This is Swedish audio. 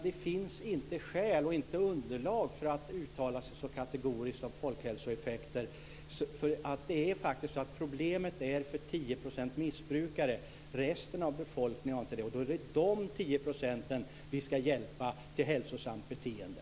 Det finns inte skäl och inte underlag för att uttala sig så kategoriskt om folkhälsoeffekter. Det är faktiskt så att det är problem för 10 % missbrukare. Resten av befolkningen har inte det problemet. Då är det de 10 procenten vi ska hjälpa till hälsosamt beteende.